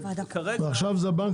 וכרגע --- ועכשיו זה בנק